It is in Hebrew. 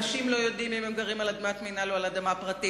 אנשים לא יודעים אם הם גרים על אדמת מינהל או על אדמה פרטית.